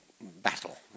battle